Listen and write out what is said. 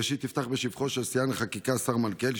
ראשית אפתח בשבחו של שיאן החקיקה השר מלכיאלי,